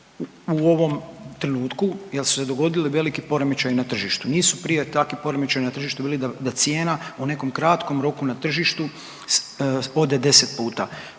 u ovom trenutku jel su se dogodili veliki poremećaji na tržištu. Nisu prije takvi poremećaji na tržištu bili da cijena u nekom kratkom roku na tržištu ode deset puta.